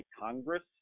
Congress